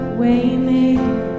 waymaker